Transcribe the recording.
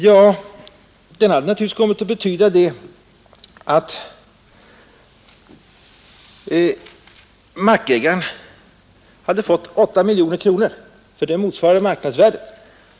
Ja, det hade naturligtvis betytt att markägaren fått 8 miljoner kronor — det motsvarade ju marknadsvärdet.